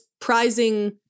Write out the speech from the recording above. prizing